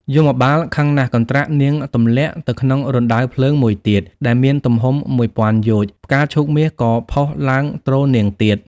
យមបាលខឹងណាស់ កន្ត្រាក់នាងទម្លាក់ ទៅក្នុងរណ្តៅភ្លើងមួយទៀតដែលមានទំហំមួយពាន់យោជន៍ ផ្កាឈូកមាសក៏ ផុសឡើងទ្រនាងទៀត ។